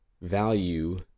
value